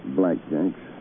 blackjacks